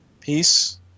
Peace